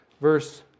verse